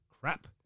crap